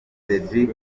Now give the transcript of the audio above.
cédric